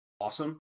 awesome